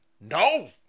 No